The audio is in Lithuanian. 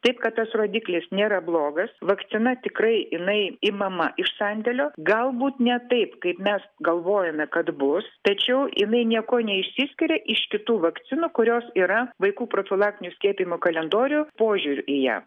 taip kad tas rodiklis nėra blogas vakcina tikrai jinai imama iš sandėlio galbūt ne taip kaip mes galvojome kad bus tačiau jinai niekuo neišsiskiria iš kitų vakcinų kurios yra vaikų profilaktinių skiepijimų kalendoriu požiuriu į ją